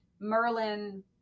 Merlin